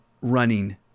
running